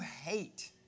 hate